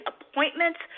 appointments